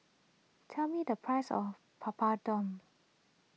tell me the price of Papadum